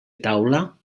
taula